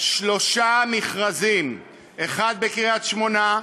שלושה מכרזים, אחד בקריית-שמונה,